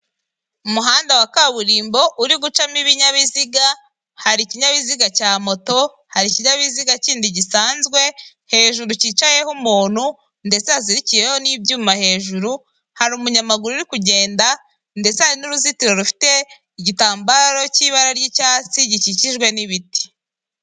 Umuhanda wa kaburimbo uri gucamo ibinyabiziga hari ikinyabiziga cya moto, hari ikinyabiziga kindi gisanzwe hejuru cyicayeho umuntu ndetse hazirikiyeho n'ibyuma hejuru hari umunyamaguru uri kugenda ndetse hari n'uruzitiro rufite igitambaro cy'ibara ry'icyatsi gikikijwe n'ibiti.